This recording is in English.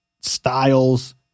styles